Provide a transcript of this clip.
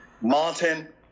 Martin